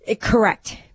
Correct